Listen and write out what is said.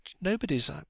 nobody's